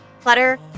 Clutter